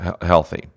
healthy